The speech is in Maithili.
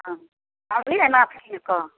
हँ अनलियै नाथ कीनिकऽ